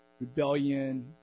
rebellion